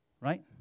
Right